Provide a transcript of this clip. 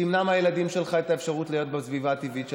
תמנע מהילדים שלך את האפשרות להיות בסביבה הטבעית שלהם,